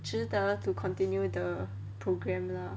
值得 to continue the program lah